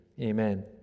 Amen